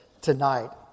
tonight